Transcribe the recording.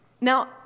Now